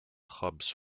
hubs